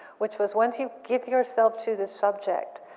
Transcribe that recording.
which was once you give yourself to the subject,